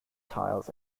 tiles